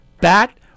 bat